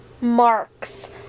Marks